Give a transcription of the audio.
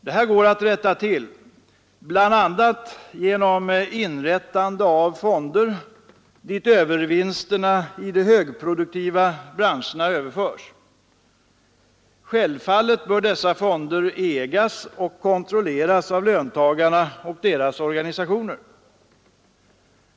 Det här går att rätta till bl.a. genom inrättande av fonder dit övervinsterna i de högproduktiva branscherna överförs. Självfallet bör dessa fonder ägas och kontrolleras av löntagarna och deras organisationer.